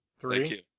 Three